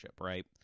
right